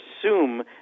assume